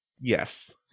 Yes